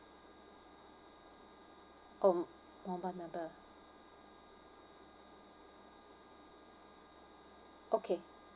um mobile number okay